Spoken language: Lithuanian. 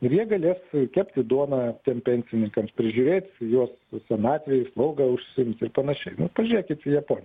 ir jie galės kepti duoną tiem pencininkams prižiūrėt jos senatvėje slauga užsiimti ir panašia nu pažiūrėkit į japoniją